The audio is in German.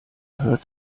hört